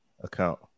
account